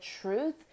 truth